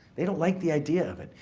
they don't like the idea of it.